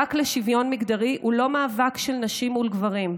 המאבק לשוויון מגדרי הוא לא מאבק של נשים מול גברים,